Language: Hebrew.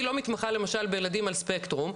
אני לא מתמחה למשל בילדים על ספקטרום,